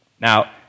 Now